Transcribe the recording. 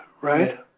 right